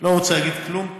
לא רוצה להגיד כלום.